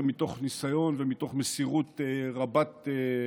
מתוך ניסיון ומתוך מסירות רבת-שנים.